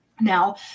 Now